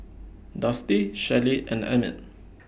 Dusty Shelly and Emmit